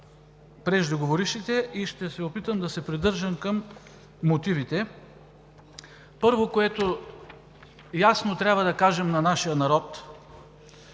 преждеговорившите и да се придържам към мотивите. Първо, което ясно трябва да кажем на нашия народ,